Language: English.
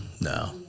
no